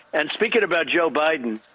and speaking about joe biden.